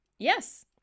Yes